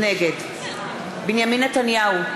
נגד בנימין נתניהו,